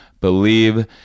believe